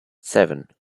seven